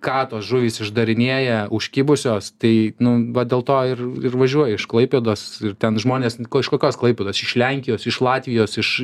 ką tos žuvys išdarinėja užkibusios tai nu va dėl to ir ir važiuoja iš klaipėdos ir ten žmonės o iš kokios klaipėdos iš lenkijos iš latvijos iš